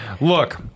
Look